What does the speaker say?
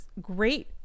great